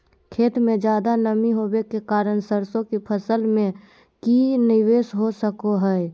खेत में ज्यादा नमी होबे के कारण सरसों की फसल में की निवेस हो सको हय?